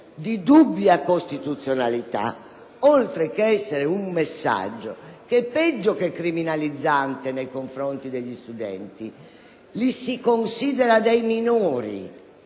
di dubbia costituzionalità oltre che essere un messaggio che è peggio che criminalizzante nei confronti degli studenti. Li si considera dei minori,